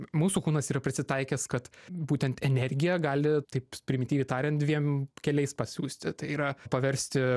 mūsų kūnas yra prisitaikęs kad būtent energija gali taip primityviai tariant dviem keliais pasiųsti tai yra paversti